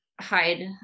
hide